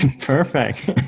Perfect